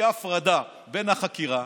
שתהיה הפרדה בין החקירה